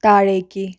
താഴേയ്ക്ക്